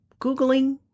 googling